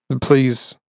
please